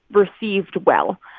received well.